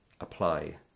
apply